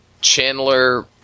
Chandler –